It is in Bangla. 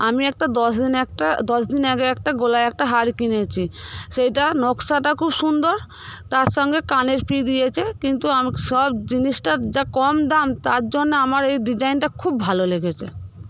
আমি একটা দশ দিন একটা দশ দিন আগে একটা গলায় একটা হার কিনেছি সেইটা নকশাটা খুব সুন্দর তার সঙ্গে কানের ফ্রি দিয়েছে কিন্তু আমি সব জিনিসটার যা কম দাম তার জন্য আমার এই ডিজাইনটা খুব ভালো লেগেছে